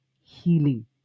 healing